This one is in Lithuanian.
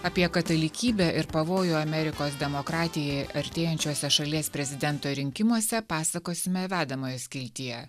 apie katalikybę ir pavojų amerikos demokratijai artėjančiuose šalies prezidento rinkimuose pasakosime vedamojo skiltyje